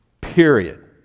period